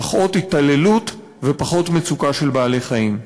פחות התעללות ופחות מצוקה של בעלי-חיים.